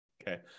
okay